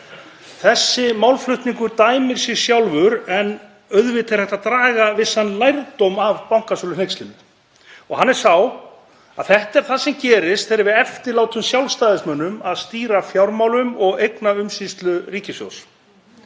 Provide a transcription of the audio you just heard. Þessi málflutningur dæmir sig sjálfur en auðvitað er hægt að draga vissan lærdóm af bankasöluhneykslinu. Hann er sá að þetta er það sem gerist þegar við eftirlátum Sjálfstæðismönnum að stýra fjármálum og eignaumsýslu ríkissjóðs.